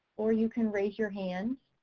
or you can raise your hand,